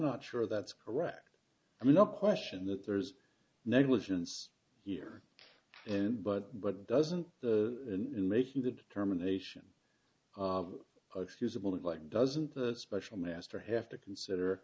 not sure that's correct i mean no question that there's negligence here and but but doesn't the in making the determination excusable and like doesn't the special master have to consider